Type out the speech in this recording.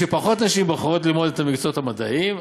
היא שפחות נשים בוחרות ללמוד את המקצועות המדעיים,